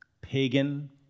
pagan